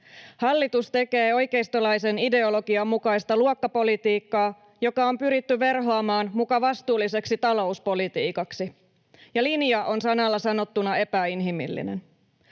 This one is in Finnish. Hallitus tekee oikeistolaisen ideologian mukaista luokkapolitiikkaa, joka on pyritty verhoamaan muka vastuulliseksi talouspolitiikaksi. Linja on sanalla sanottuna epäinhimillinen.